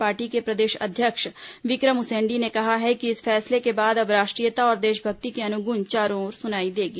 party के प्रदेश अध्यक्ष विक्रम उसेंडी ने कहा है कि इस फैसले के बाद अब राष्ट्रीयता और देशभक्ति की अनुगूंज चारों ओर सुनाई देगी